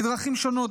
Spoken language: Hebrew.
בדרכים שונות,